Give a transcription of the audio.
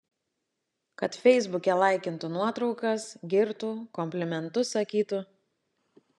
kad feisbuke laikintų nuotraukas girtų komplimentus sakytų